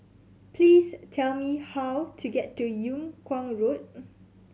please tell me how to get to Yung Kuang Road